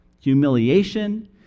Humiliation